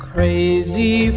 Crazy